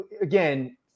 again